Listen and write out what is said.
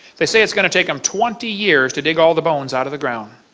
they say it is going to take them twenty years to dig all the bones out of the ground.